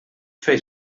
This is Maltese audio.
fejn